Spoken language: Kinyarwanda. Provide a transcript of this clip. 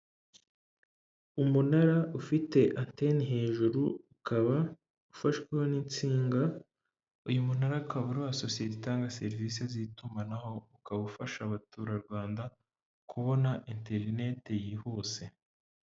Umunara ufite antene hejuru, ukaba ufashweho n'insinga, uyu munara ukaba wa sosiyete itanga serivisi zitumanaho, ukaba ufasha abaturarwanda kubona interineti yihuse.